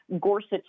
Gorsuch